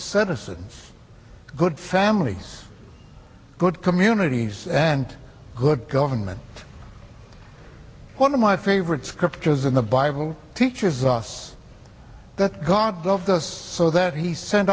services good families good communities and good government one of my favorite scriptures in the bible teaches us that god loved us so that he sent